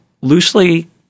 Loosely